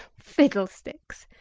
fiddlesticks!